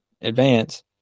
Advance